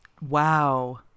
wow